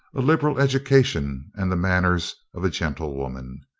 a liberal education and the manners of a gentlewoman.